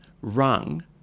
rung